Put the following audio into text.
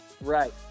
right